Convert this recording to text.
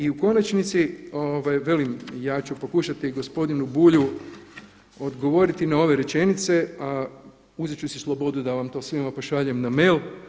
I u konačnici velim ja ću pokušati gospodinu Bulju odgovoriti na ove rečenice, a uzet ću si slobodu da vam to svima pošaljem na mail.